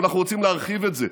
אבל אנחנו רוצים להרחיב את זה.